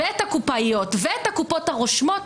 ואת הקופאיות ואת הקופות הרשומות,